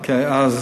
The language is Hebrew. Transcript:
אוקיי, אז